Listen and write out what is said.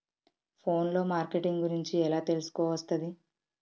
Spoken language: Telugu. ఫోన్ లో మార్కెటింగ్ గురించి ఎలా తెలుసుకోవస్తది?